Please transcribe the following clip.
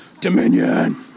dominion